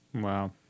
Wow